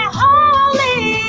holy